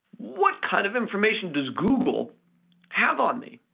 what kind of information does google have on me?